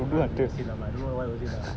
can't be acid lah but I don't know what was it leh